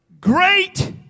great